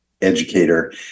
educator